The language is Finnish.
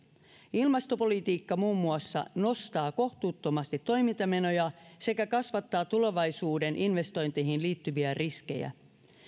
ilmastopolitiikka muun muassa nostaa kohtuuttomasti toimintamenoja sekä kasvattaa tulevaisuuden investointeihin liittyviä riskejä